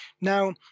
Now